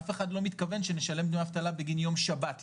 אף אחד לא מתכוון שנשלם דמי אבטלה בגין יום שבת לדוגמה.